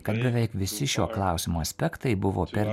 kad beveik visi šio klausimo aspektai buvo per